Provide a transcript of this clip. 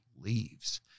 leaves